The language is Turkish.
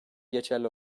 geçerli